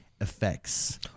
effects